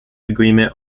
agreement